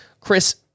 Chris